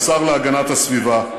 השר להגנת הסביבה,